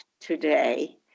today